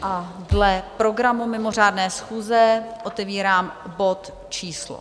A dle programu mimořádné schůze otevírám bod číslo